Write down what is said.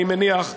אני מניח,